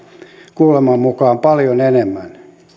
kuuleman mukaan paljon enemmän